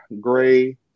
gray